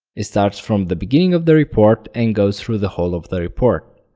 it starts from the beginning of the report and goes through the whole of the report.